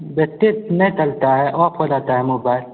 battery नहीं चलता है ऑफ हो आता है मोबाइल